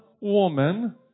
woman